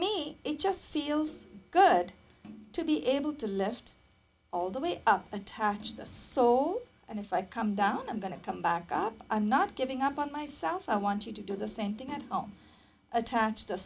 me it just feels good to be able to lift all the way up attach this so and if i come down i'm going to come back up i'm not giving up on myself i want you to do the same thing at home attach